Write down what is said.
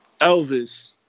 Elvis